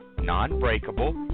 non-breakable